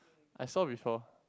I saw before